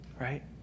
right